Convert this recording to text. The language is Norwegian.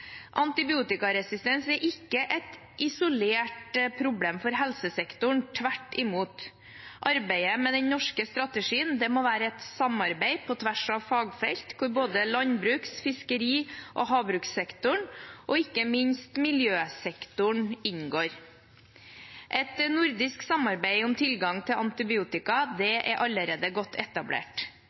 Antibiotikaresistens er ikke et isolert problem for helsesektoren – tvert imot. Arbeidet med den norske strategien må være et samarbeid på tvers av fagfelt, hvor både landbruks-, fiskeri- og havbrukssektoren og ikke minst miljøsektoren inngår. Et nordisk samarbeid om tilgang til antibiotika er allerede godt etablert.